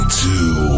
two